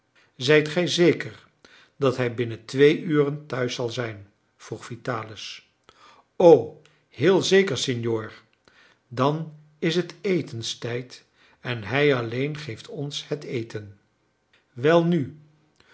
zijt gij zeker dat hij binnen twee uren thuis zal zijn vroeg vitalis o heel zeker signor dan is het etenstijd en hij alleen geeft ons het eten welnu